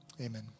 Amen